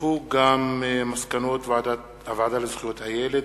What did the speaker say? מסקנות הוועדה לזכויות הילד